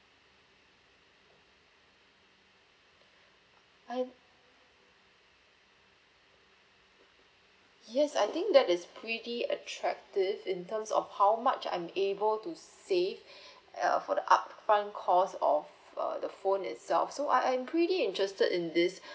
I yes I think that is pretty attractive in terms of how much I'm able to save err for the upfront cost of err the phone itself so I'm pretty interested in this